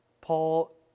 Paul